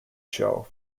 show